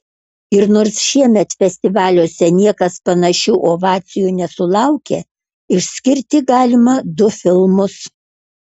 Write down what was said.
ir nors šiemet festivaliuose niekas panašių ovacijų nesulaukė išskirti galima du filmus